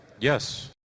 Yes